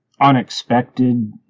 unexpected